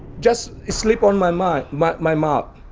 just a slip on my mind, my my mouth,